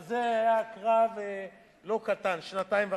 גם זה היה קרב לא קטן, שנתיים וחצי.